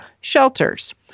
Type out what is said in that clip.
shelters